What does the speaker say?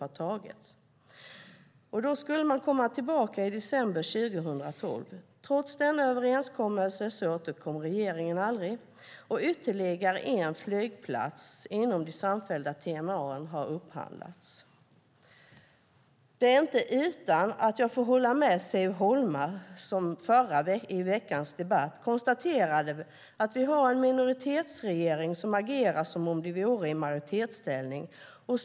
Man skulle komma tillbaka i december 2012. Trots denna överenskommelse återkom regeringen aldrig, och ytterligare en flygplats inom de samfällda TMA har upphandlats. Det är inte utan att jag får hålla med Siv Holma, som förra veckan konstaterade att vi har en minoritetsregering som agerar som om den vore i majoritetsställning.